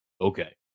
okay